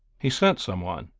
he sent some one?